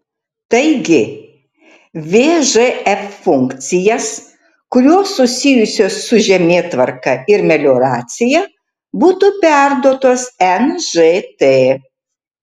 taigi vžf funkcijas kurios susijusios su žemėtvarka ir melioracija būtų perduotos nžt